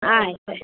ಆಯಿತು